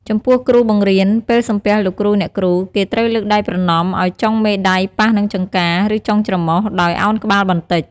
ចំពោះគ្រូបង្រៀន ពេលសំពះលោកគ្រូអ្នកគ្រូ គេត្រូវលើកដៃប្រណម្យឱ្យចុងមេដៃប៉ះនឹងចង្កា ឬចុងច្រមុះ ដោយឱនក្បាលបន្តិច។